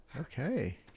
okay